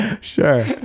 sure